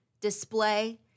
display